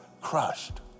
crushed